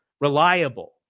reliable